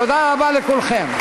תודה רבה לכולכם.